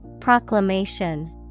Proclamation